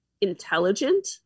intelligent